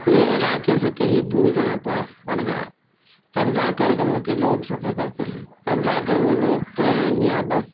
اپنے علاقے سے کہیں دور جانا پڑے پڑ جائے تب جا کر گاؤں کے لوگ سفر کرتے ہیں تب جا کر وہ لوگ ٹرین یا بس